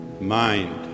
mind